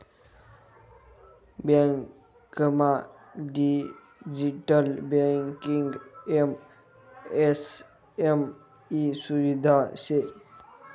बँकमा digital banking MSME सुविधा शे